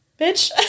Bitch